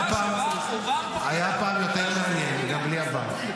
פעם היה יותר מעניין גם בלי ה-VAR.